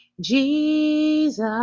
Jesus